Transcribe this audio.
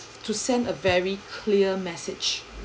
to send a very clear message